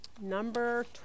Number